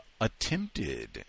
attempted